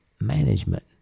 management